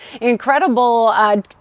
incredible